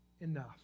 Enough